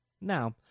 Now